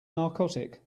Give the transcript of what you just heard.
narcotic